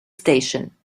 station